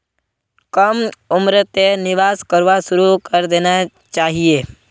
कम उम्रतें निवेश करवा शुरू करे देना चहिए